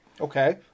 Okay